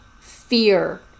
fear